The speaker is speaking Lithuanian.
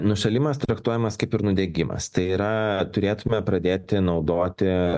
nušalimas traktuojamas kaip ir nudegimas tai yra turėtume pradėti naudoti